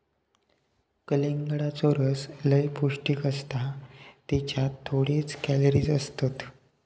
कलिंगडाचो रस लय पौंष्टिक असता त्येच्यात थोडेच कॅलरीज असतत